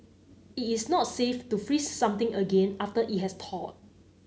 it is not safe to freeze something again after it has thawed